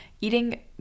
eating